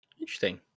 Interesting